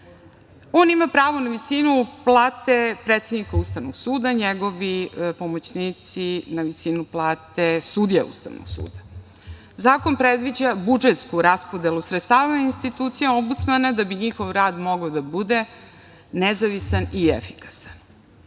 ima pravo na visinu plate predsednika Ustavnog suda, njegovi pomoćnici na visinu plate sudija Ustavnog suda. Zakon predviđa budžetsku raspodelu sredstava institucija Ombudsmana da bi njihov rad mogao da bude nezavisan i efikasan. Kao